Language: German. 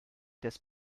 des